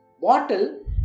bottle